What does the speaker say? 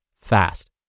fast